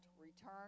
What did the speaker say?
Return